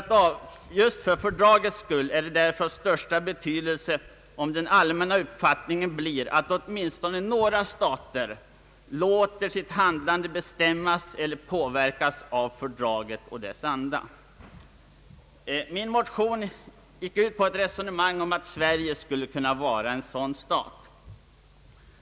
Just för fördragets skull är det därför av största betydelse om den allmänna uppfattningen blir att åtminstone några stater låter sitt handlande bestämmas eller påverkas av fördraget och dess anda. Min motion innehöll ett resonemang som gick ut på att Sverige skulle kunna vara en sådan stat.